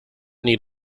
need